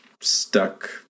stuck